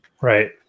Right